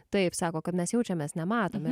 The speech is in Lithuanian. taip sako kad mes jaučiamės nematomi